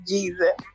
Jesus